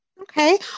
Okay